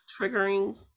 triggering